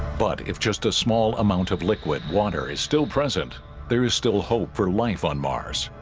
but if just a small amount of liquid water is still present there is still hope for life on mars